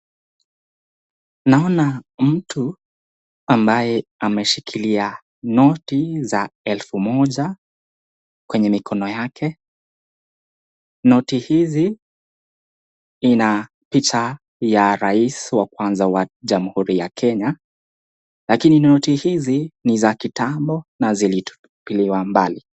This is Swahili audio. Naona mtu ambaye ameshikilia noti za elfu moja kwenye mikono yake, noti hizi ina picha aya rais wa kwanza wa jamhuri ya Kenya. Lakini noti hizi ni za kitambo na zilitupiliwa mbali.